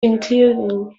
including